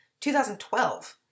2012